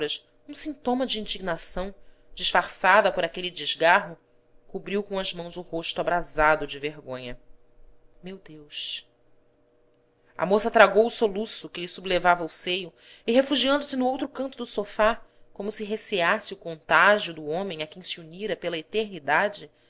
um sintoma de indignação disfarçada por aquele desgarro cobriu com as mãos o rosto abrasado de vergonha meu deus a moça tragou o soluço que lhe sublevava o seio e refu giando se no outro canto do sofá como se receasse o contágio do homem a quem se unira pela eternidade